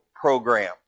program